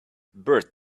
bert